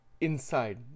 inside